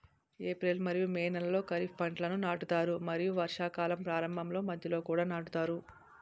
April మరియు May నెలలో ఖరీఫ్ పంటలను నాటుతారు మరియు వర్షాకాలం ప్రారంభంలో మధ్యలో కూడా నాటుతారు